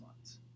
months